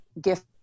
gift